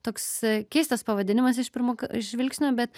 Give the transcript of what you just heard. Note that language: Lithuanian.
toks keistas pavadinimas iš pirmo k žvilgsnio bet